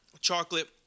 chocolate